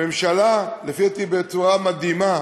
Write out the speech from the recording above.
הממשלה, לפי דעתי, בצורה מדהימה,